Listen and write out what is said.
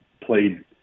played